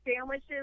sandwiches